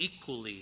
equally